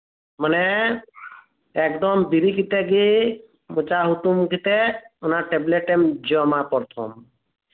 ᱢᱟᱱᱮ ᱮᱠᱫᱚᱢ ᱵᱮᱨᱤᱛ ᱠᱟᱛᱮ ᱜᱮ ᱢᱚᱪᱟ ᱦᱩᱛᱩᱢ ᱠᱟᱛᱮ ᱚᱱᱟ ᱴᱮᱵᱞᱮᱴᱮᱢ ᱡᱚᱢᱟ ᱯᱨᱚᱛᱷᱚᱢ